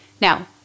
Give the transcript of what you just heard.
Now